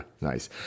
Nice